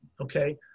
okay